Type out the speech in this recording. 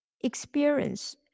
experience